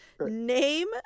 Name